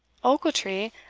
ochiltree,